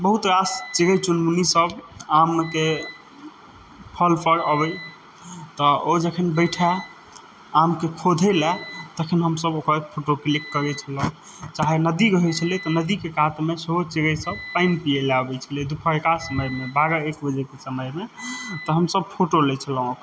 बहुत रास चिरै चुनमुनी सब आमके फल पर अबै तऽ ओ जखन बैठा आमके खोधय लए तखन हमसब ओकर फोटो क्लिक करै छलहुॅं चाहे नदी रहै छलय तऽ नदीके कातमे सेहो चिरै सब पानि पीय लए आबै छलै दुपहरका समयमे बारह एक बजेके समयमे तऽ हमसब फोटो लै छलहुॅं